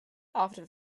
after